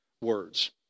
words